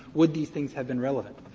would these things have been relevant.